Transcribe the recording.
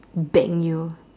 bang you